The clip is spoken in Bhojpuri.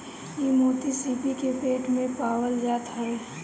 इ मोती सीपी के पेट में पावल जात हवे